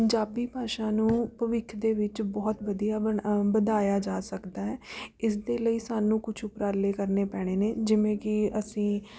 ਪੰਜਾਬੀ ਭਾਸ਼ਾ ਨੂੰ ਭਵਿੱਖ ਦੇ ਵਿੱਚ ਬਹੁਤ ਵਧੀਆ ਬਣ ਵਧਾਇਆ ਜਾ ਸਕਦਾ ਹੈ ਇਸ ਦੇ ਲਈ ਸਾਨੂੰ ਕੁਝ ਉਪਰਾਲੇ ਕਰਨੇ ਪੈਣੇ ਨੇ ਜਿਵੇਂ ਕਿ ਅਸੀਂ